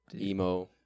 emo